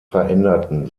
veränderten